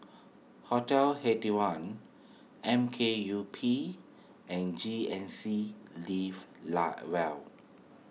Hotel Eighty One M K U P and G N C live lie well